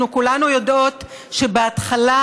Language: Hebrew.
אנחנו כולנו יודעות שבהתחלה,